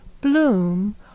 Bloom